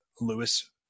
Lewis